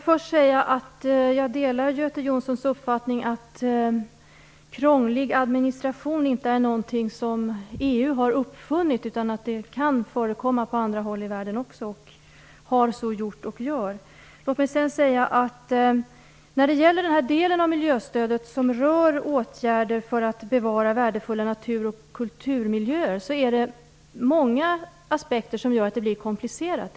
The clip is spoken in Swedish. Fru talman! Jag delar Göte Jonssons uppfattning att krånglig administration inte är något som EU har uppfunnit. Sådant kan förekomma även på andra håll i världen - och har så gjort och gör det också. När det gäller den del av miljöstödet som rör åtgärder för att bevara värdefulla natur och kulturmiljöer är det många aspekter som gör att det blir komplicerat.